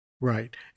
Right